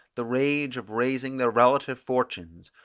the rage of raising their relative fortunes,